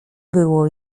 było